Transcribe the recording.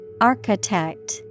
Architect